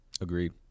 Agreed